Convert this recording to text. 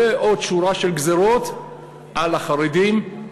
ועוד שורה של גזירות על החרדים,